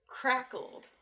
crackled